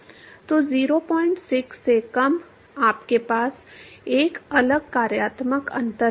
तो 06 से कम आपके पास एक अलग कार्यात्मक अंतर है